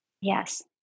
Yes